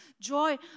joy